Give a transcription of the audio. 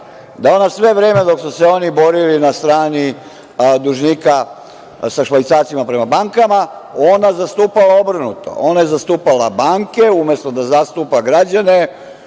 je ona sve vreme dok su se oni borili na strani dužnika sa švajcarcima prema bankama, ona zastupala obrnuto. Ona je zastupala banke, umesto da zastupa građane,